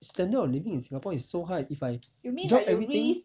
standard of living in singapore is so high if I drop everything